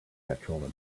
petrol